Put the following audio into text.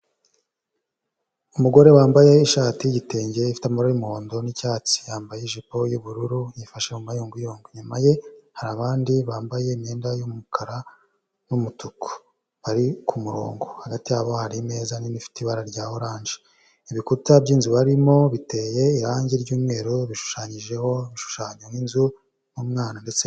Umugore wambaye ishati y'igitenge ifite amabara y'umuhondo n'icyatsi, yambaye ijipo y'ubururu, yifashe mu mayunguyungu. Inyuma ye hari abandi bambaye imyenda y'umukara n'umutuku, bari ku murongo. Hagati yabo hari imeza nini ifite ibara rya orange. Ibikuta by'inzu barimo biteye irangi ry'umweru bishushanyijeho ibishushanyo nk'inzu n'umwana ndetse.